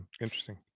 interesting